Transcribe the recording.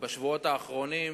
בשבועות האחרונים,